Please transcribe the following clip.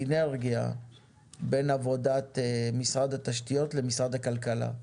בין עבודת משרד התשתיות לבין משרד הכלכלה.